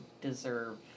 deserve